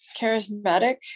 charismatic